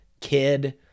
kid